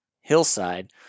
hillside